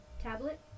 tablet